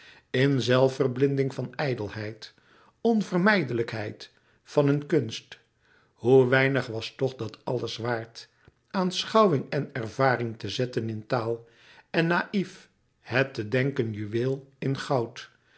in zelfverblinding van ijdelheid onvermijdelijkheid van hun kunst hoe weinig was toch dat alles waard aanschouwing en ervaring te zetten in taal en naïf het te denken juweel in goud